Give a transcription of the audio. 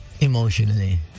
Emotionally